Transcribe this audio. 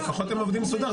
לפחות הם עובדים מסודר,